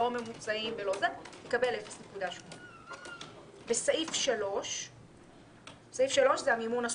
לא ממוצעים מקבלת 0.8. סעיף 3 זה המימון הסופי,